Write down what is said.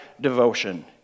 devotion